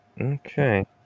Okay